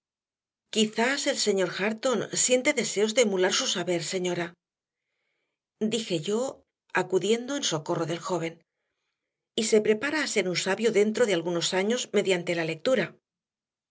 quizás el señor hareton siente deseos de emular su saber señora dije yo acudiendo en socorro del joven y se prepara a ser un sabio dentro de algunos años mediante la lectura